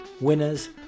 winners